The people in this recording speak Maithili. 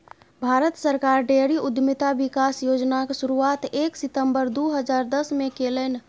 भारत सरकार डेयरी उद्यमिता विकास योजनाक शुरुआत एक सितंबर दू हजार दसमे केलनि